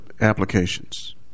applications